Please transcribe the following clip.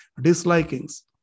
dislikings